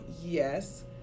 yes